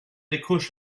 décroche